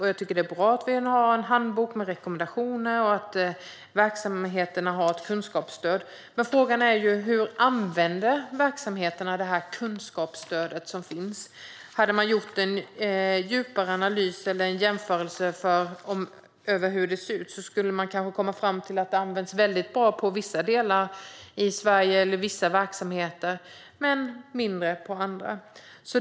Det är bra att det nu finns en handbok med rekommendationer och kunskapsstöd för verksamheterna. Men frågan är hur verksamheterna använder kunskapsstödet. Om man hade gjort en djupare analys eller jämförelse av det skulle man kanske komma fram till att det används på ett väldigt bra sätt i vissa delar av Sverige eller vissa verksamheter men mindre bra i andra.